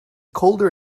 colder